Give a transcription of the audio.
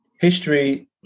history